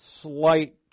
slight